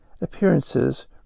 appearances